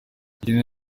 ikindi